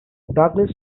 douglas